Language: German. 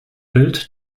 bild